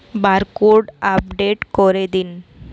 Barcode update করে দিন?